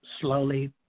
slowly